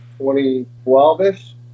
2012-ish